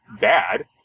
bad